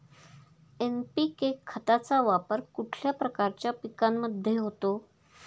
NPK खताचा वापर कुठल्या प्रकारच्या पिकांमध्ये होतो?